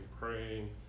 praying